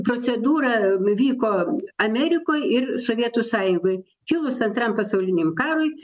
procedūra vyko amerikoj ir sovietų sąjungoj kilus antrajam pasauliniam karui